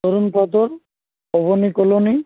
তরুণ পতন শোভনী কলোনি